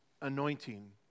anointing